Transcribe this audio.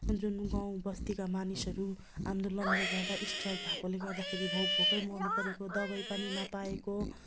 जुन गाउँ बस्तीका मानिसहरू आन्दोलनले गर्दा स्ट्राइक भएकाले गर्दाखेरि भोक भोकै मर्नु परेको दबाई पानी नपाएको